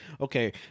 Okay